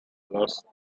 lost